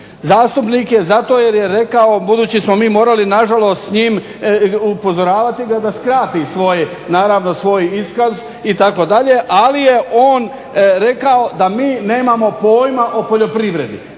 zastupnike zato jer je rekao budući smo mi morali na žalost s njim, upozoravati ga da skrati svoj, naravno svoj iskaz itd. Ali je on rekao da mi nemamo pojma o poljoprivredi.